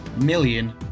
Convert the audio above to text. Million